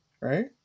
Right